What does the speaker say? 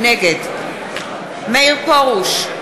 נגד מאיר פרוש,